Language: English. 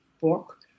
book